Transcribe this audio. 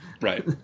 Right